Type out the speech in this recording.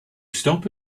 stop